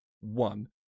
one